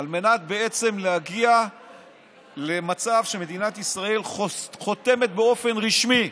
על מנת בעצם להגיע למצב שמדינת ישראל חותמת באופן רשמי,